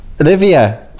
Olivia